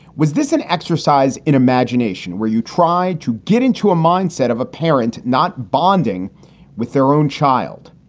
was this an exercise in imagination where you try to get into a mindset of a parent not bonding with their own child?